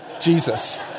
Jesus